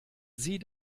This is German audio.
sie